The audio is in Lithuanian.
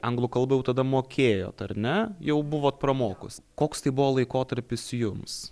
anglų kalbą jau tada mokėjot ar ne jau buvot pramokus koks tai buvo laikotarpis jums